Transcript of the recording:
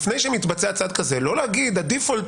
לפני שמתבצע צעד כזה לא להגיד שהדיפולט